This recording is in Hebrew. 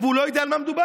והוא לא יודע על מה מדובר.